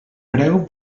preu